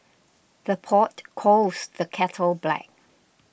the pot calls the kettle black